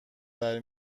وری